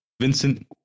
Vincent